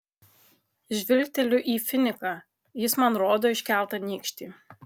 žvilgteliu į finiką jis man rodo iškeltą nykštį